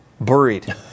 buried